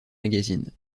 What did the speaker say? magazine